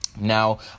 Now